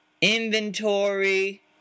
inventory